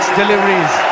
deliveries